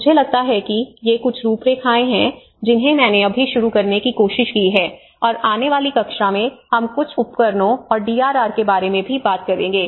मुझे लगता है कि ये कुछ रूपरेखाएं हैं जिन्हें मैंने अभी शुरू करने की कोशिश की है और आने वाली कक्षा में हम कुछ उपकरणों और डीआरआर के बारे में भी बात करेंगे